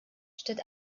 statt